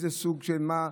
איזה סוג של מה,